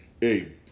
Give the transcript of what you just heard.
hey